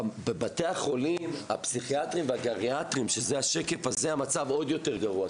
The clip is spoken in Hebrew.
בבתי החולים הפסיכיאטריים והגריאטריים המצב עוד יותר גרוע,